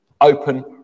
open